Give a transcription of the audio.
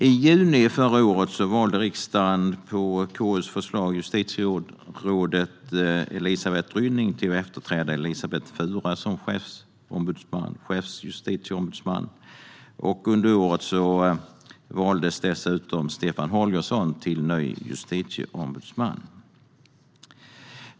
I juni förra året valde riksdagen, på KU:s förslag, justitierådet Elisabeth Rynning till att efterträda Elisabet Fura som chefsjustitieombudsman. Under året valdes dessutom Stefan Holgersson till ny justitieombudsman.